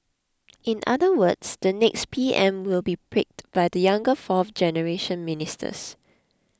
in other words the next P M will be picked by the younger fourth generation ministers